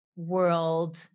world